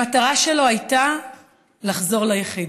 המטרה שלו הייתה לחזור ליחידה.